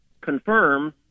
confirm